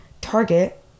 Target